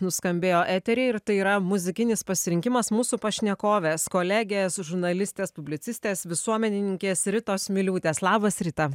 nuskambėjo eteryje ir tai yra muzikinis pasirinkimas mūsų pašnekovės kolegės žurnalistės publicistės visuomenininkės ritos miliūtės labas rita